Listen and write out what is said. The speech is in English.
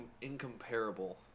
incomparable